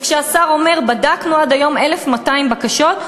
כשהשר אומר: בדקנו עד היום 1,200 בקשות,